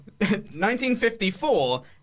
1954